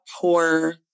poor